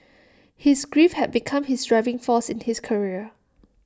his grief had become his driving force in his career